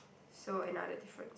so another difference